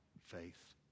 faith